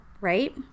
right